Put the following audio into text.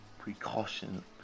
precaution